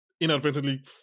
Inadvertently